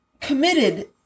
committed